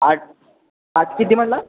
आठ आठ किती म्हणला